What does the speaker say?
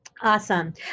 Awesome